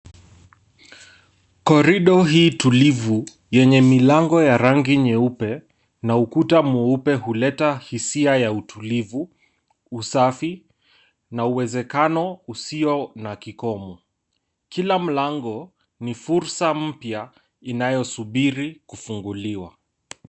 Korido hii tulivu yenye milango ya rangi nyeupe na ukuta mweupe huleta hisia ya utulivu, usafi na uwezekano usio na kikomo. Kila mlango ni fursa mpya inayosubiri kufunguliwa.